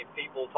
people